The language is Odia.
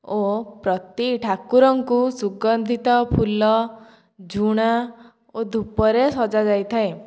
ଓ ପ୍ରତି ଠାକୁରଙ୍କୁ ସୁଗନ୍ଧିତ ଫୁଲ ଝୁଣା ଓ ଧୂପରେ ସଜାଯାଇଥାଏ